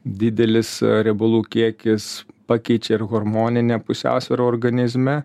didelis riebalų kiekis pakeičia ir hormoninę pusiausvyrą organizme